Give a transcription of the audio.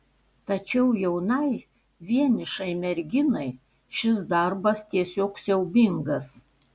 tačiau jaunai vienišai merginai šis darbas tiesiog siaubingas